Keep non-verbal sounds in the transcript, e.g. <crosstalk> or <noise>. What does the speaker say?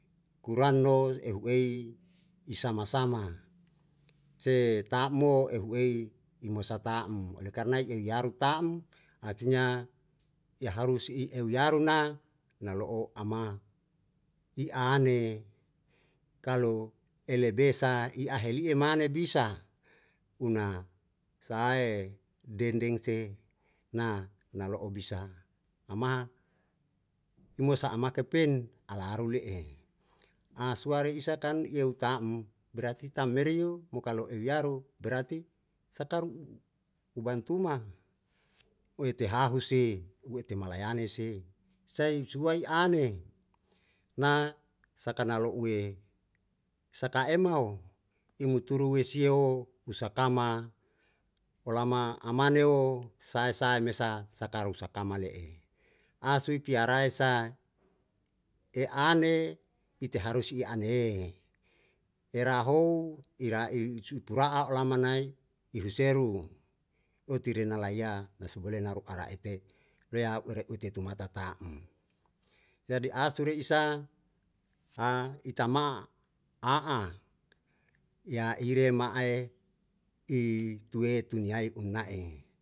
Kurano ehu ei i sama sama ce ta'm mo ehu ei i mosa ta'm oleh karna ei yaru ta'm akhirnya ya harus i euyaru na nalo'o ama i an e kalu e lebe sa i aheli'e mane bisa una sahae dendeng se na nalo'o bisa ama imosa ama kepen ala aru le'e. Asuare isa kan yeu ta'm berati ta'm merio mo kalu euyaru berati sakaru <hesitation> u bantuma uete hahu se uete malayane se sai suai ane na sakana lo'ue saka emao imuturu wesio usakama olama amaneo sae sae mesa sakaru sakama le'e. <hesitation> sui piarae sa e ane ite harus i ane era hou ira i si puru'a olama nai i huseru oiteria nalea na si boleh na ru araite lea u ere ite tumata ta'm, jadi a sure isa a i tama' a'a yaire ma'ae i tue tunyai imna'e.